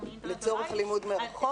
מאינטרנט בבית -- לצורך לימוד מרחוק.